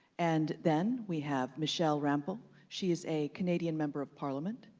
and then we have michelle rempel. she is a canadian member of parliament.